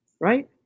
right